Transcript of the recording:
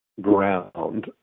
ground